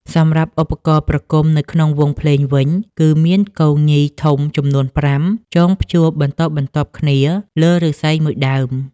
សម្រាប់ឧបករណ៍ប្រគំនៅក្នុងវង់ភ្លេងវិញគឺមានគងញីធំចំនួន៥ ចងព្យួរបន្ដបន្ទាប់គ្នាលើឫស្សីមួយដើម។